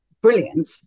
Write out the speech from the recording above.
brilliant